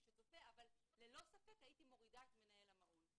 שצופה אבל ללא ספק הייתי מורידה את מנהל המעון.